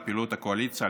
על פעילות הקואליציה,